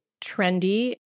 trendy